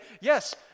yes